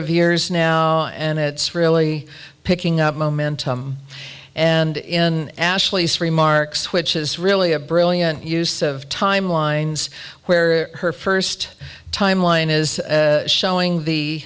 of years now and it's really picking up momentum and in ashley's remarks which is really a brilliant use of timelines where her first timeline is showing the